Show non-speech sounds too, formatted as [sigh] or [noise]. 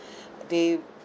[breath] they